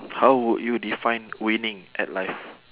how would you define winning at life